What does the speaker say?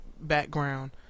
background